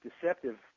deceptive